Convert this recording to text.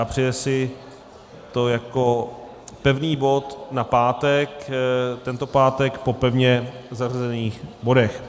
Přeje si to jako pevný bod na tento pátek po pevně zařazených bodech.